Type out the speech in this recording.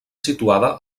situada